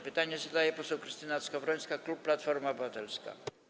Pytanie zadaje poseł Krystyna Skowrońska, klub Platforma Obywatelska.